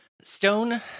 Stone